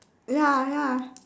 ya ya